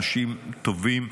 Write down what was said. אנשים טובים.